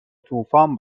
طوفان